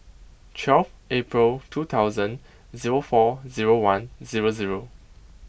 twelve April two thousand zero four zero one zero zero